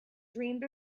dreamed